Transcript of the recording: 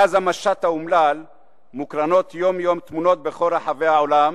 מאז המשט האומלל מוקרנות יום-יום תמונות בכל רחבי העולם,